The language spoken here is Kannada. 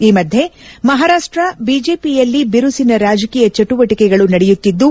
ಈ ಮಧ್ಯೆ ಮಹಾರಾಷ್ಟ ಬಿಜೆಪಿಯಲ್ಲಿ ಬಿರುಸಿನ ರಾಜಕೀಯ ಚಟುವಟಿಕೆಗಳು ನಡೆಯುತ್ತಿದ್ದು